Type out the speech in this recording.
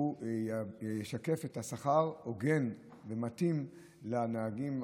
שהוא ישקף שכר הוגן ומתאים לנהגים.